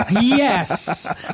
Yes